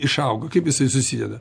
išauga kaip jisai susideda